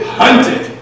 hunted